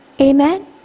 Amen